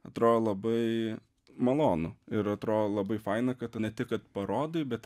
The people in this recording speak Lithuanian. atrodo labai malonu ir atrodo labai faina kad tu ne tik kad parodai bet